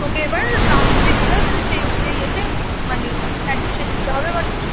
তোকে এবার নাম যদি বেরোয় তাহলে সেই অনুযায়ী ইয়েতে মানে অ্যাডমিশন নিতে হবে বা কিছু